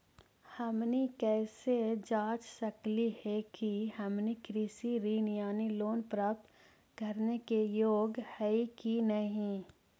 हमनी कैसे जांच सकली हे कि हमनी कृषि ऋण यानी लोन प्राप्त करने के योग्य हई कि नहीं?